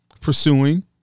pursuing